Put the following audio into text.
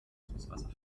süßwasser